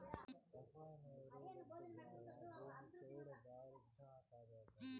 రసాయన ఎరువులొద్దు మావా, భూమి చౌడు భార్డాతాది